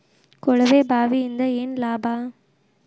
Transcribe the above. ಕೊಳವೆ ಬಾವಿಯಿಂದ ಏನ್ ಲಾಭಾ?